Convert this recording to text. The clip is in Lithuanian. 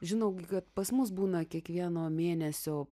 žinau gi kad pas mus būna kiekvieno mėnesio